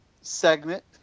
segment